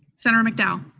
senator mcdowell?